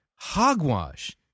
hogwash